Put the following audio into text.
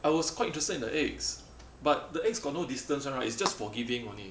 I was quite interested in the eggs but the eggs got no distance [one] right it's just forgiving only